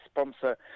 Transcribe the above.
sponsor